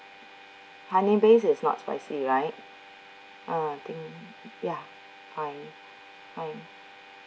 honey based is not spicy right uh I think yeah fine fine